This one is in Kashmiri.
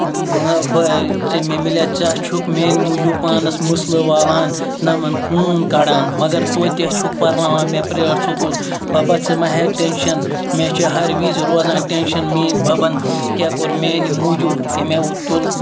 ژےٚ مےٚ مِلیٛوو ژٕ ہا چھُکھ میٛانہِ موٗجوٗب پانَس مٕسلہٕ والان نَمَن خوٗن کَڑان مگر تویتہِ ہہ چھُکھ پرناوان مےٚ پرٛیویٹ سکوٗل بَبا ژٕ مہ ہےٚ ٹٮ۪نشَن مےٚ چھُ ہر وِزِ روزان ٹٮ۪نشَن میٛٲنۍ بَبَن کیٛاہ کوٚر میٛانہِ موٗجوٗب تَمیَو تُل